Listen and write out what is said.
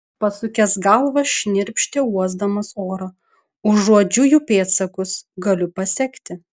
pasukęs galvą šnirpštė uosdamas orą užuodžiu jų pėdsakus galiu pasekti